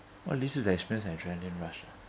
what leads you to experience an adrenaline rush ah